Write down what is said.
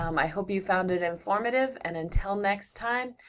um i hope you found it informative, and until next time,